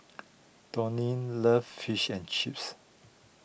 Donnell loves Fish and Chips